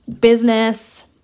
business